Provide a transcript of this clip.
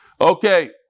Okay